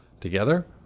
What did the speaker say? together